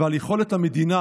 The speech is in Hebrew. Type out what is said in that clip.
ועל יכולת המדינה,